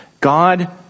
God